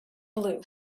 blue